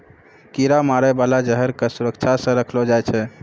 कीरा मारै बाला जहर क सुरक्षा सँ रखलो जाय छै